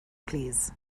plîs